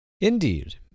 Indeed